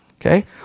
Okay